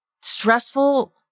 stressful